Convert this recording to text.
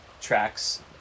tracks